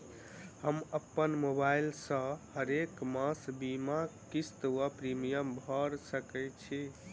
हम अप्पन मोबाइल सँ हरेक मास बीमाक किस्त वा प्रिमियम भैर सकैत छी?